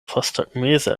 posttagmeze